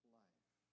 life